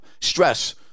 Stress